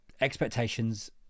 expectations